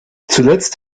zuletzt